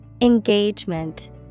Engagement